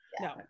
no